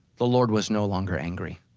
the lord was no longer angry.